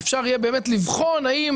ואפשר יהיה באמת לבחון האם